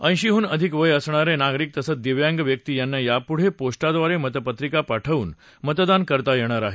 ऐशीवर्षाहून अधिक वय असणारे नागरिक तसंच दिव्यांग व्यक्ती यांना यापुढे पोस्टाद्वारे मतपत्रिका पाठवून मतदान करता येणार आहे